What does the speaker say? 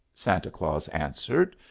santa claus answered,